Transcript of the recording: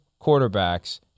quarterbacks